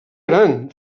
gran